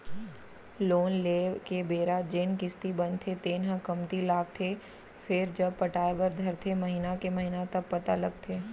loan लेए के बेरा जेन किस्ती बनथे तेन ह कमती लागथे फेरजब पटाय बर धरथे महिना के महिना तब पता लगथे